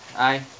I